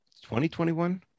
2021